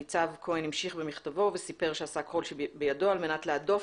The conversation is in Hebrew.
ניצב כהן המשיך במכתבו וסיפר שעשה כל שבידו על מנת להדוף